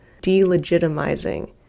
delegitimizing